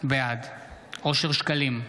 בעד אושר שקלים,